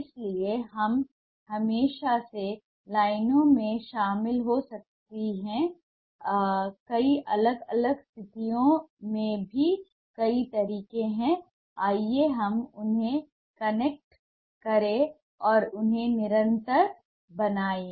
इसलिए हम हमेशा से लाइनों में शामिल हो सकते कई अलग अलग स्थितियों में कई तरीके हैं आइए हम उन्हें कनेक्ट करें और उन्हें निरंतर बनाएं